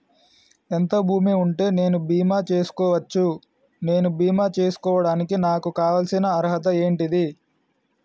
ఎంత భూమి ఉంటే నేను బీమా చేసుకోవచ్చు? నేను బీమా చేసుకోవడానికి నాకు కావాల్సిన అర్హత ఏంటిది?